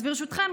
אז ברשותכם,